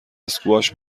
اسکواش